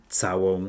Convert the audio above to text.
całą